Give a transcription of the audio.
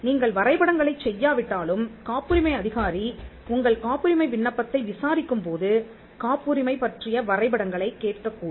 நீங்கள் வரைபடங்களைச் செய்யாவிட்டாலும் காப்புரிமை அதிகாரி உங்கள் காப்புரிமை விண்ணப்பத்தை விசாரிக்கும்போது காப்புரிமை பற்றிய வரைபடங்களைக் கேட்கக் கூடும்